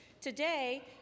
Today